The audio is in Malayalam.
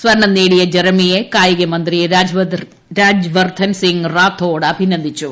സ്വർണം നേടിയ ജർമിയെ കായികമന്ത്രി രാജ്വർദ്ധൻ റാത്തോഡ് അഭിനന്ദിച്ചു